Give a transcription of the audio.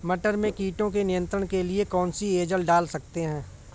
मटर में कीटों के नियंत्रण के लिए कौन सी एजल डाल सकते हैं?